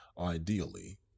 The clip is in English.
Ideally